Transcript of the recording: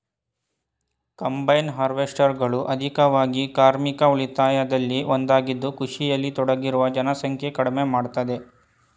combine ಹಾರ್ವೆಸ್ಟರ್ಗಳು ಆರ್ಥಿಕವಾಗಿ ಕಾರ್ಮಿಕ ಉಳಿತಾಯದಲ್ಲಿ ಒಂದಾಗಿದ್ದು ಕೃಷಿಯಲ್ಲಿ ತೊಡಗಿರುವ ಜನಸಂಖ್ಯೆ ಕಡಿಮೆ ಮಾಡ್ತದೆ